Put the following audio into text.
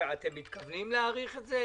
אתם מתכוונים להאריך אז זה?